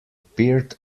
appeared